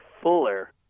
fuller